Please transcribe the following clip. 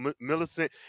Millicent